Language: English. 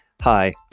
Hi